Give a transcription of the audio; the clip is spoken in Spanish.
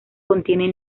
contiene